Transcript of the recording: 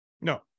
No